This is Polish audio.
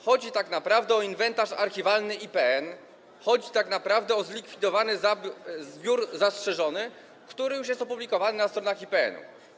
Chodzi tak naprawdę o inwentarz archiwalny IPN, chodzi tak naprawdę o zlikwidowany zbiór zastrzeżony, który już jest opublikowany na stronach IPN-u.